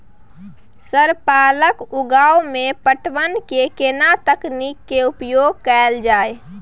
Sir पालक उगाव में पटवन के केना तकनीक के उपयोग कैल जाए?